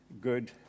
Good